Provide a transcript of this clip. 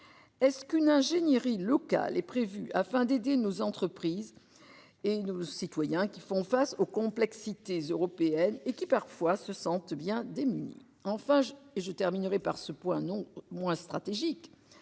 Est-ce qu'une ingénierie local est prévue afin d'aider nos entreprises et nous citoyens qui font face aux complexités européenne et qui parfois se sentent bien démunis